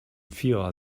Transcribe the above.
vierer